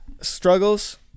struggles